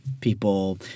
people